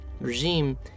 regime